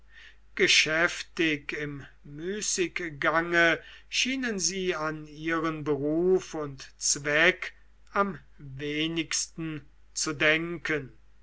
geschäftig im müßiggange schienen sie an ihren beruf und zweck am wenigsten zu denken